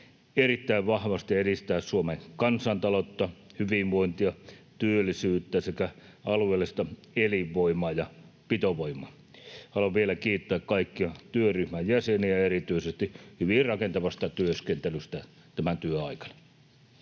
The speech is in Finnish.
erittäin vahvasti edistää Suomen kansantaloutta, hyvinvointia, työllisyyttä sekä alueellista elinvoimaa ja pitovoimaa. Haluan vielä kiittää kaikkia työryhmän jäseniä erityisesti hyvin rakentavasta työskentelystä tämän työn aikana.